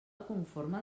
conforme